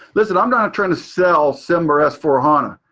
listen, i'm not trying to sell simba or s four hana.